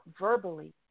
verbally